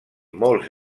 molts